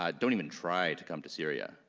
um don't even try to come to syria.